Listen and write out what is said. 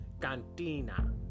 Cantina